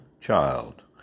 child